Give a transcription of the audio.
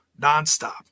Nonstop